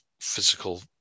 physical